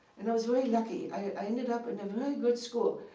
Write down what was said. and i was very lucky. i ended up in a very good school.